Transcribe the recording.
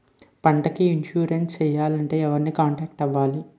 పంటకు ఇన్సురెన్స్ చేయాలంటే ఎవరిని కాంటాక్ట్ అవ్వాలి?